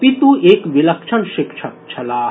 अपित् एक विलक्षण शिक्षक छलाह